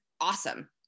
awesome